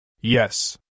Yes